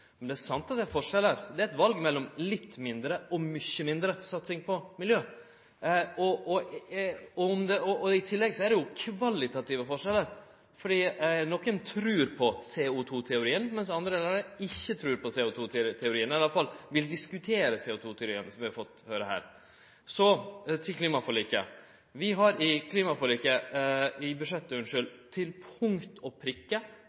Men det er sant at det er forskjellar. Det er eit val mellom litt mindre og mykje mindre satsing på miljø. I tillegg er det kvalitative forskjellar. Nokon trur på CO2-teorien, medan andre ikkje trur på CO2-teorien – eller vil iallfall diskutere CO2-teorien – som vi har fått høyre her. Så til klimaforliket. Vi har til punkt og prikke følgt opp alle felta i klimaforliket som skulle verte følgde opp, i